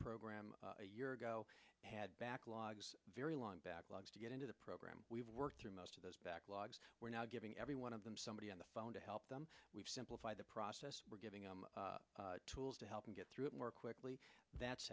program a year ago had backlogs very long backlogs to get into the program we've worked through most of those backlogs we're now giving every one of them somebody on the phone to help them we've simplify the process we're giving them tools to help them get through it more quickly that's